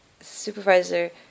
supervisor